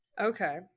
okay